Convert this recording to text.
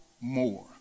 more